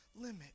limit